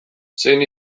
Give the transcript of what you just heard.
zein